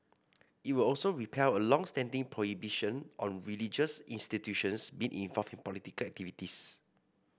it would also repeal a long standing prohibition on religious institutions being involved in political activities